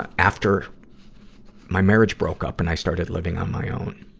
ah after my marriage broke up and i started living on my own.